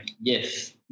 Yes